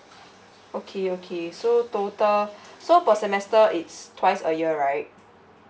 okay okay so total so per semester it's twice a year right